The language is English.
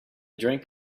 drank